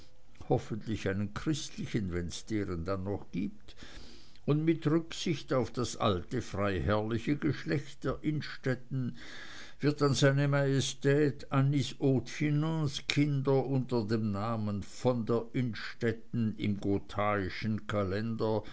hoffentlich einen christlichen wenn's deren dann noch gibt und mit rücksicht auf das alte freiherrliche geschlecht der innstetten wird dann seine majestät annies haute finance kinder unter dem namen von der innstetten im gothaischen